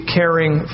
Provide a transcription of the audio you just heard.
caring